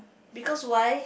because why